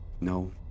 no